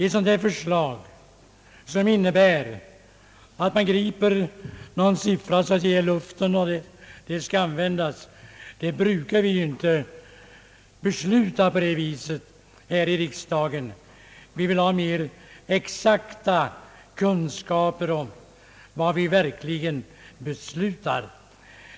Ett förslag, som innebär att man griper en siffra ur luften brukar inte tillstyrkas här i riksdagen. Vi vill ha mer exakta kunskaper om vad vi verkligen beslutar.